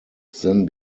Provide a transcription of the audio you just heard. then